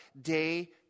day